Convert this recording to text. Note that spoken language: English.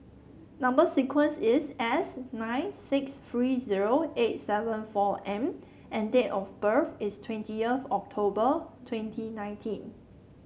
number sequence is S nine six three zero eight seven four M and date of birth is twentieth of October twenty nineteen